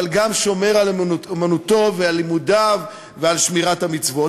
אבל גם שומר על אמונתו ועל לימודיו ועל המצוות.